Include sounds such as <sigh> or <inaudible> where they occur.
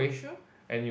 true <breath>